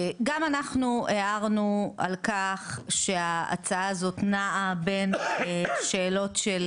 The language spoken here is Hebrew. גם אנחנו הערנו על כך שההצעה הזאת נעה בין שאלות של